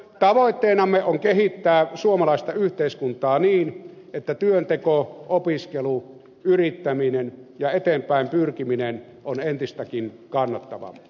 tavoitteenamme on kehittää suomalaista yhteiskuntaa niin että työnteko opiskelu yrittäminen ja eteenpäin pyrkiminen on entistäkin kannata